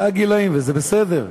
אלה הגילים, וזה בסדר.